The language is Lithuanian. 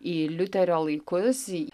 į liuterio laikus į